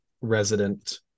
resident